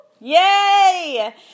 Yay